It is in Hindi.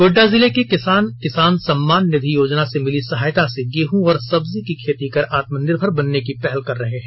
गोड्डा जिले के किसान किसान सम्मान निधि योजना से मिली सहायता से गेहूं और सब्जी की खेती कर आत्मनिर्भर बनने की पहल कर रहे हैं